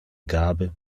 gabe